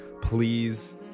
Please